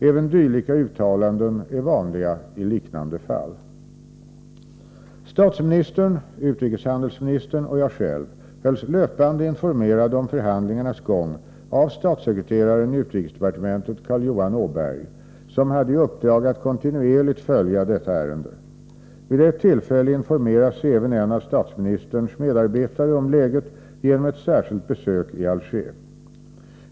Även dylika uttalanden är vanliga i liknande fall. Statsministern, utrikeshandelsministern och jag själv hölls löpande informerade om förhandlingarnas gång av statssekreteraren i utrikesdepartementet, Carl Johan Åberg, som hade i uppdrag att kontinuerligt följa detta ärende. Vid ett tillfälle informerade sig även en av statsministerns medarbetare om läget genom ett särskilt besök i Alger.